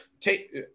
take